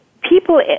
people